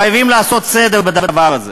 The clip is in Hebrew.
חייבים לעשות סדר בדבר הזה.